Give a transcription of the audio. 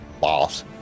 boss